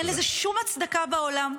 אין לזה שום הצדקה בעולם.